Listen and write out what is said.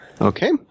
Okay